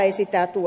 sitten ed